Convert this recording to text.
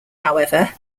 however